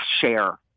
share